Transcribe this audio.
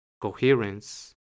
coherence